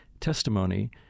Testimony